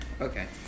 okay